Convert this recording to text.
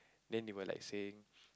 then they will like saying